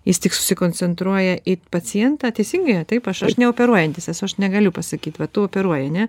jis tik susikoncentruoja į pacientą teisingai ar taip aš aš neoperuojantis esu aš negaliu pasakyt va tu operuoji ne